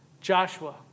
Joshua